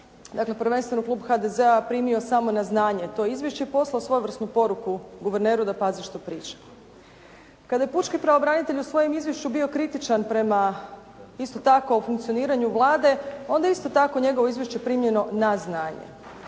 dakle prvenstveno klub HDZ-a primio samo na znanje to izvješće, poslao svojevrsnu poruku guverneru da pazi što priča. Kada je pučki pravobranitelj u svojem izvješću bio kritičan prema isto tako funkcioniranju Vlade, onda je isto tako njegovo izvješće primljeno na znanje.